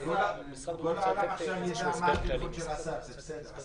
כל העולם עכשיו ידע מה הטלפון של אסף, זה בסדר.